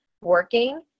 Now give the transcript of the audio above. working